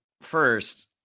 first